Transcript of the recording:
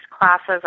classes